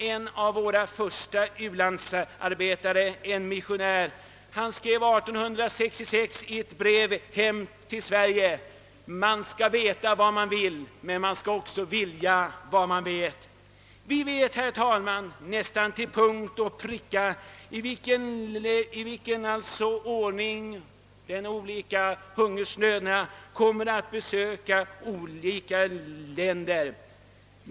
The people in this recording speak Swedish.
En av våra första arbetare i u-länderna, en missionär, skrev 1866 i ett missionsbrev från Afrika hem till Sverige: »Man skall veta vad man vill, men man skall också vilja vad man vet.» Vi vet, herr talman, nästan till punkt och pricka i vilken ordning olika länder kommer att hemsökas av hungersnöd.